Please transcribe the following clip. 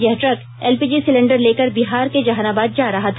यह truck LPG cylinder लेकर बिहार का जहानाबाद जा रहा था